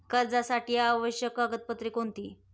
कर्जासाठी आवश्यक कागदपत्रे कोणती?